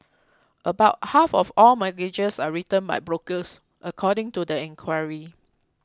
about half of all mortgages are written by brokers according to the inquiry